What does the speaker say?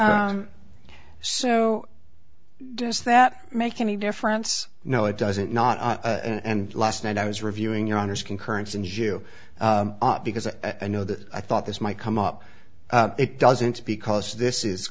so does that make any difference no it doesn't not and last night i was reviewing your honour's concurrence and you up because i know that i thought this might come up it doesn't because this is